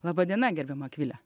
laba diena gerbiama akvile